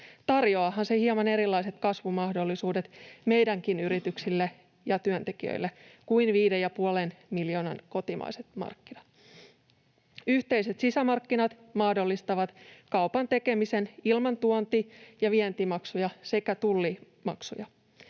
Tarjoaahan se hieman erilaiset kasvumahdollisuudet meidänkin yrityksille ja työntekijöille kuin 5,5 miljoonan kotimaiset markkinat. Yhteiset sisämarkkinat mahdollistavat kaupan tekemisen ilman tuonti- ja vientirajoituksia sekä tullimaksuja.